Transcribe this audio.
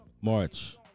March